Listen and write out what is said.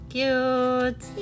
cute